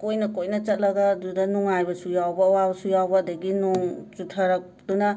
ꯀꯣꯏꯅ ꯀꯣꯏꯅ ꯆꯠꯂꯒ ꯑꯗꯨꯗ ꯅꯨꯉꯥꯏꯕꯁꯨ ꯌꯥꯎꯕ ꯑꯋꯥꯕꯁꯨ ꯌꯥꯎꯕ ꯑꯗꯒꯤ ꯅꯣꯡ ꯆꯨꯊꯔꯛꯇꯨꯅ